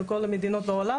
בכל המדינות בעולם,